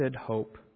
hope